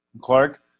Clark